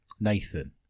Nathan